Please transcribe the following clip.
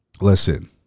listen